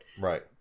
right